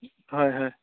হয় হয়